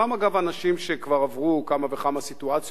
אנשים שכבר עברו כמה וכמה סיטואציות בימי